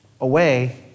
away